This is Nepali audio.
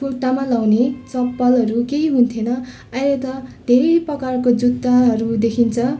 खुट्टामा लगाउने चप्पलहरू केही हुन्थेन अहिले त धेरै प्रकारको जुत्ताहरू देखिन्छ